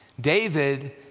David